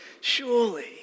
surely